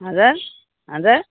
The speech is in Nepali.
हजुर हजुर